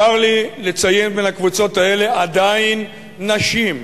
צר לי לציין, בין הקבוצות האלה עדיין נשים,